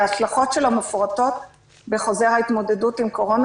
שההצלחות שלו מפורטות בחוזר ההתמודדות עם קורונה,